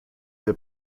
der